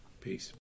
Peace